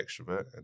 extrovert